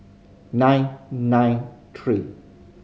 nine nine three